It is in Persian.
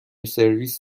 سرویس